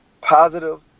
positive